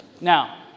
Now